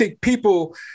people